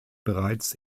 bereits